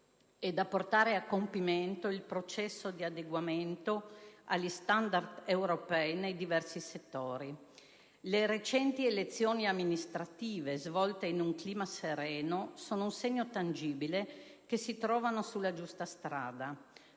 e a portare a compimento il processo di adeguamento agli standard europei nei diversi settori. Le recenti elezioni amministrative, svolte in un clima sereno, sono un segno tangibile che si sta procedendo sulla giusta strada.